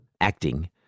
acting